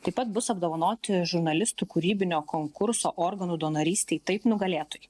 taip pat bus apdovanoti žurnalistų kūrybinio konkurso organų donorystei taip nugalėtojai